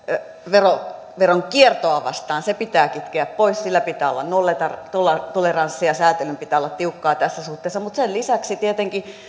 veronkiertoa vastaan se pitää kitkeä pois siinä pitää olla nollatoleranssi ja säätelyn pitää olla tiukkaa tässä suhteessa mutta sen lisäksi tietenkin